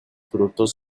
frutos